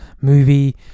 Movie